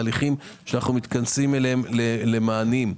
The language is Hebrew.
תהליכים שאנו מתכנסים אליהם למענים.